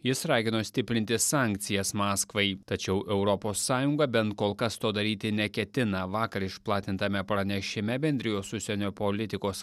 jis ragino stiprinti sankcijas maskvai tačiau europos sąjunga bent kol kas to daryti neketina vakar išplatintame pranešime bendrijos užsienio politikos